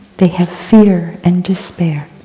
they have fear and despair.